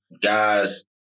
guys